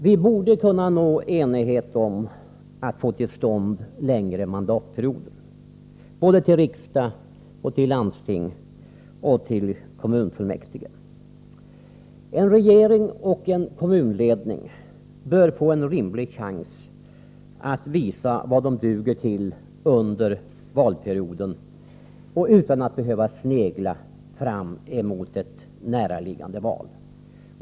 Vi borde kunna nå enighet om att få till stånd längre mandatperioder både i riksdag, landsting och kommunfullmäktige. En regering och en kommunledning bör få en rimlig chans att visa vad de duger till under valperioden, utan att behöva snegla åt ett näraliggande val.